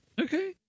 Okay